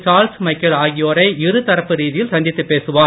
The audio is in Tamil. சார்லஸ் மைக்கேல் ஆகியோரை இருதரப்பு ரீதியில் சந்தித்து பேசுவார்